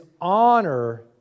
honor